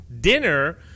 dinner